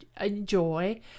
enjoy